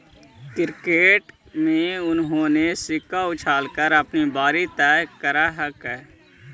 cricket में उन्होंने सिक्का उछाल कर अपनी बारी तय करकइ